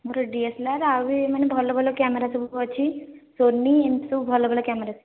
ମୋର D S L R ଆଉ ବି ମାନେ ଭଲ ଭଲ କ୍ୟାମେରା ସବୁ ଅଛି ସୋନି ଏମିତି ସବୁ ଭଲ ଭଲ କ୍ୟାମେରା